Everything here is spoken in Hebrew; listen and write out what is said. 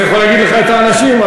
אני יכול להגיד לך מי האנשים,